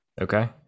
Okay